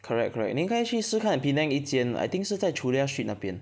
correct correct 你应该去试看 Penang 一间 I think 是在 Chulia street 那边